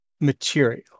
material